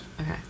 okay